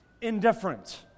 indifferent